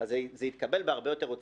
וזה נכון ליהודים,